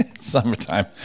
Summertime